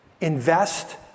Invest